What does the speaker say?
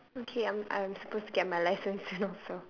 okay I'm I'm supposed to get my license you know so